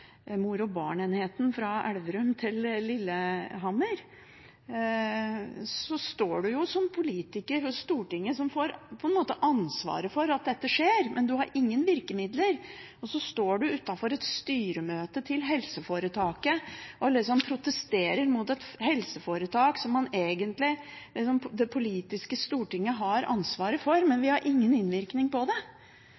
mor- og barnenheten fra Elverum til Lillehammer, for da fikk du som politiker, og Stortinget, på en måte ansvaret for at dette skjer, men du har ingen virkemidler, og så står du utenfor et styremøte til helseforetaket og liksom protesterer mot et helseforetak som egentlig det politiske Stortinget har ansvaret for, men vi har ingen innvirkning på det.